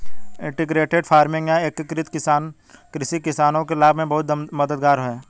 integrated farming या एकीकृत कृषि किसानों के लाभ में बहुत मददगार है